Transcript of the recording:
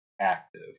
active